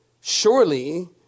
surely